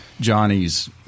Johnny's